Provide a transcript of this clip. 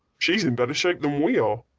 she's in better shape than we are,